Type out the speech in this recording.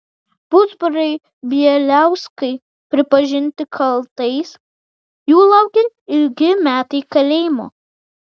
pusbroliai bieliauskai pripažinti kaltais jų laukia ilgi metai kalėjimo